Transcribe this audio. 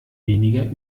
weniger